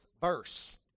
verse